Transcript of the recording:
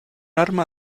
arma